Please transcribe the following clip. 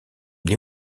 les